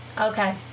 Okay